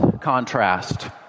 contrast